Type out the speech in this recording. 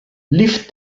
lift